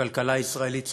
הכלכלה הישראלית צמחה,